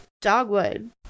dogwood